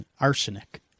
arsenic